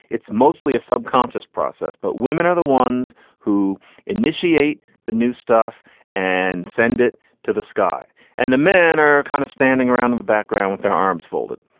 it's mostly a subconscious process. but women are the ones who initiate the new stuff and send it to the sky and the men are kind of standing around in the background with their arms folded.